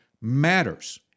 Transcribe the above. matters